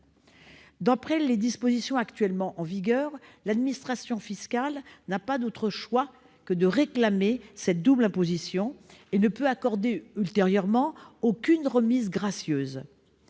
D'après les dispositions actuellement en vigueur, l'administration fiscale n'a pas d'autre choix que de réclamer cette double imposition et ne peut accorder ultérieurement aucune remise gracieuse.